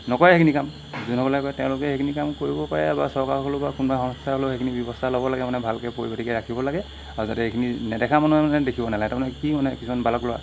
নকৰে সেইখিনি কাম যোনসকলে কৰে তেওঁলোকে সেইখিনি কাম কৰিব পাৰে বা চৰকাৰক হ'লেও বা কোনোবা সংস্থা হ'লেও সেইখিনি ব্যৱস্থা ল'ব লাগে মানে ভালকৈ পৰিপাটিকৈ ৰাখিব লাগে আৰু যাতে সেইখিনি নেদেখা মানুহে মানে দেখিব নালাগে তেওঁলোকে কি মানে কিছুমান বালক ল'ৰা